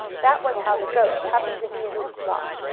that was how the goat happened to be in this lot.